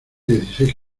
dieciséis